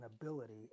ability